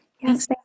yes